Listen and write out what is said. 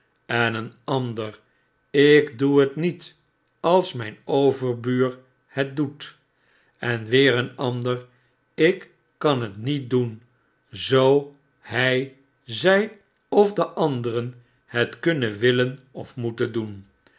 en een ander ik doe het niet als myn overbuur hetdoet en weer een ander ik kan het niet doen zoo hy zy of de anderen het kunnen willen of moeten doen